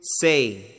Say